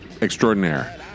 extraordinaire